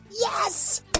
Yes